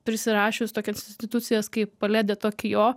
prisirašius tokias institucijas kaip palet detokijo